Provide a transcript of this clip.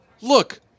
Look